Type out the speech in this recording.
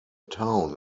town